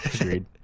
Agreed